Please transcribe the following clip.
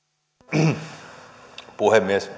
arvoisa puhemies